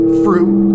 fruit